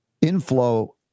inflow